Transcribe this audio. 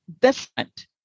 different